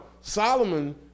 Solomon